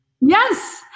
Yes